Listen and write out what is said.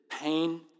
pain